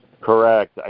Correct